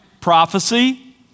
prophecy